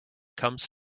comes